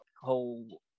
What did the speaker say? whole